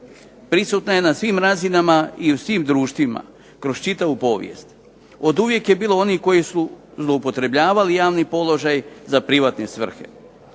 prisutna je na svim razinama i u svim društvima, kroz čitavu povijest. Oduvijek je bilo onih koji su zloupotrebljavali javni položaj za privatne svrhe.